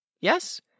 yes